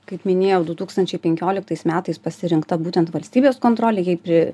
kaip minėjau du tūkstančiai penkioliktais metais pasirinkta būtent valstybės kontrolė jai pri